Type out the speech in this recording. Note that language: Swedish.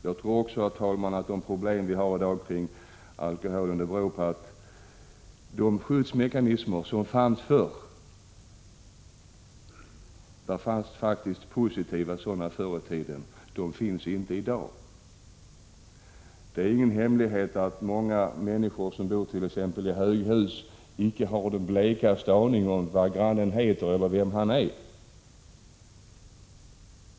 Jag tror också, herr talman, att de problem som vi har i dag kring alkoholen beror på att de skyddsmekanismer som faktiskt fanns förr i tiden inte finns i dag. Det ärt.ex. ingen hemlighet att många människor som bor i höghus icke har den blekaste aning om vad grannen heter eller vem han är.